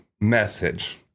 message